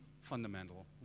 fundamental